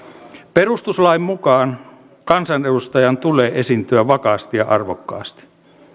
perustuslain mukaan kansanedustajan tulee esiintyä vakaasti ja arvokkaasti